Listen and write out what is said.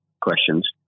questions